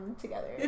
together